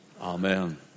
Amen